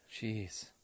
Jeez